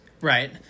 Right